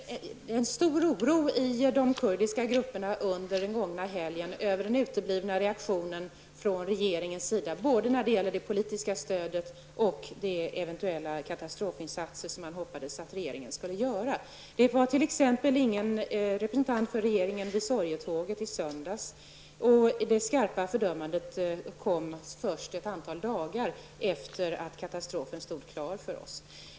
Fru talman! Det var stor oro i de kurdiska grupperna under den gångna helgen över den uteblivna reaktionen från regeringens sida. Oron gällde både det politiska stödet och de eventuella katastrofinsatser som man hoppades att regeringen skulle göra. Det var t.ex. ingen representant för regeringen vid sorgetåget i söndags, och det skarpa fördömandet kom först ett antal dagar efter att katastrofen stod klar för oss.